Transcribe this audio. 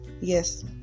Yes